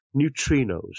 neutrinos